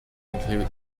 include